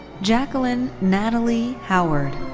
jacqueline natalie howard.